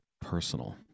personal